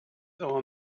our